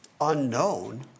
unknown